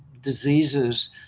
diseases